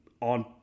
on